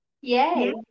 Yay